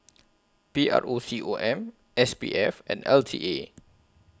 P R O C O M S P F and L T A